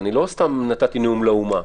לא סתם נתתי נאום לאומה.